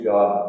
God